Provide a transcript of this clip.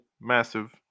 massive